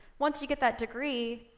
once you get that degree,